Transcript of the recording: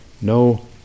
no